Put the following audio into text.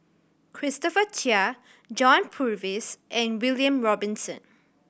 Christopher Chia John Purvis and William Robinson